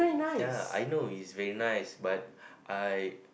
ya I know is very nice but I